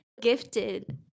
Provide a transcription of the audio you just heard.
gifted